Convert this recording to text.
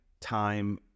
time